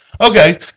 Okay